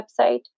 website